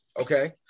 Okay